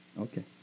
Okay